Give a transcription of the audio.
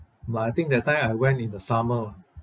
but I think that time I went in the summer